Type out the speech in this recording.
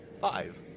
Five